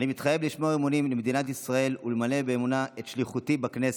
אני מתחייב לשמור אמונים למדינת ישראל ולמלא באמונה את שליחותי בכנסת.